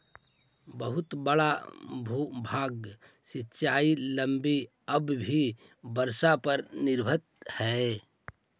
बहुत बड़ा भूभाग सिंचाई लगी अब भी वर्षा पर निर्भर हई